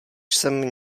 jsem